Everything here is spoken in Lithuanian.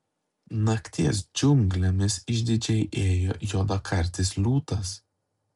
nakties džiunglėmis išdidžiai ėjo juodakartis liūtas